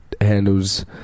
handles